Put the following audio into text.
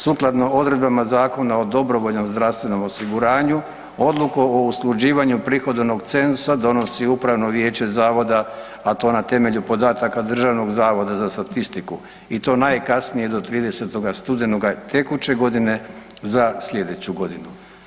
Sukladno odredbama Zakona o dobrovoljnom zdravstvenom osiguranju, odluku o usklađivanju prihodovnog cenzusa donosi Upravno vijeće Zavoda, a to na temelju podataka Državnog zavoda za statistiku i to najkasnije do 30. studenoga tekuće godine za sljedeću godinu.